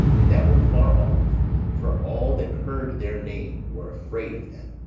and that were far off for all that heard their name, were afraid of them.